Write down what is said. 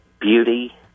beauty